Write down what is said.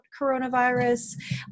coronavirus